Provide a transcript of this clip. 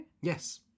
Yes